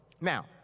Now